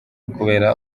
kubera